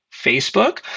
Facebook